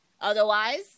Otherwise